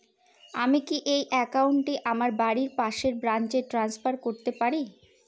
আমি কি এই একাউন্ট টি আমার বাড়ির পাশের ব্রাঞ্চে ট্রান্সফার করতে পারি?